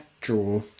Draw